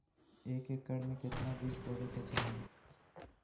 एक एकड़ मे केतना बीज देवे के चाहि?